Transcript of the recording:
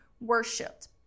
worshipped